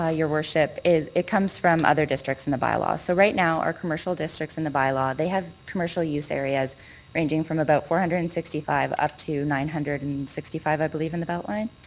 ah your worship, is it comes from other districts in the bylaw. so right now, our commercial districts in the bylaw, they have commercial use areas ranging from about four hundred and sixty five up to nine hundred and sixty five, i believe, in the beltline.